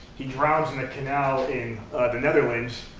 he drowns in a canal in the netherlands,